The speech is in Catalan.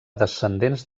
descendents